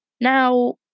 Now